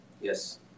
Yes